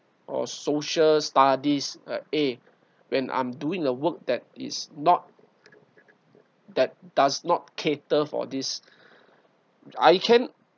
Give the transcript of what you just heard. or social studies uh eh when I'm doing a work that is not that does not cater for this I can